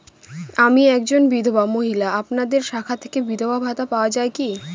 আমি একজন বিধবা মহিলা আপনাদের শাখা থেকে বিধবা ভাতা পাওয়া যায় কি?